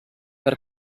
per